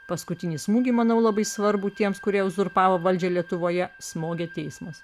paskutinį smūgį manau labai svarbu tiems kurie uzurpavo valdžią lietuvoje smogė teismas